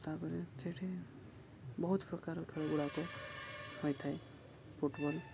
ତା'ପରେ ସେଠି ବହୁତ ପ୍ରକାର ଖେଳ ଗୁଡ଼ାକ ହୋଇଥାଏ ଫୁଟବଲ୍